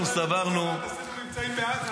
אנחנו סברנו --- גם עם מנסור עבאס עשינו מבצעים בעזה.